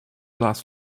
last